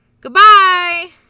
Goodbye